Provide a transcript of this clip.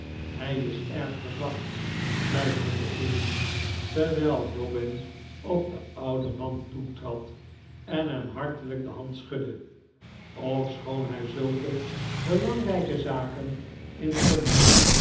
hij is erg verzwakt fluisterde emmy terwijl dobbin op den ouden man toetrad en hem hartelijk de hand schudde ofschoon hij zulke belangrijke zaken in londen